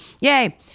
Yay